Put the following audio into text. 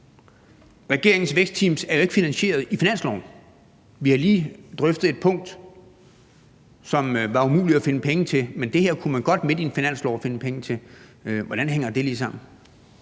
Regeringens vækstteams er jo ikke finansieret i finansloven. Vi har lige drøftet et punkt, som det var umuligt at finde penge til, men det her kunne man godt – midt i en finanslov – finde penge til. Hvordan hænger det lige sammen?